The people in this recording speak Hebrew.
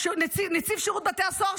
נציב שירות בתי הסוהר,